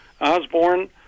Osborne